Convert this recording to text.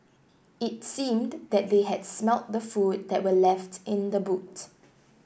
it seemed that they had smelt the food that were left in the boot